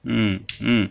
嗯嗯